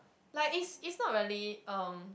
like it's it's not really um